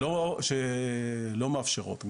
שלא מאפשרות.